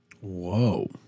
Whoa